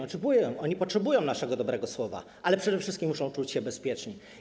Oni potrzebują naszego dobrego słowa, ale przede wszystkim muszą czuć się bezpiecznie.